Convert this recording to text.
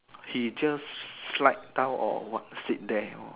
he just slide down or what sit there or